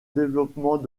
développement